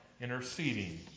interceding